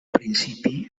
principi